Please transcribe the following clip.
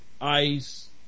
ICE